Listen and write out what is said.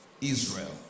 Israel